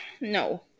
no